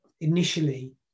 initially